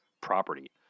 property